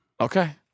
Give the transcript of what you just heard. Okay